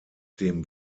dem